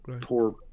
poor